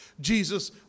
Jesus